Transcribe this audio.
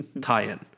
tie-in